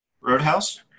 roadhouse